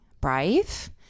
brave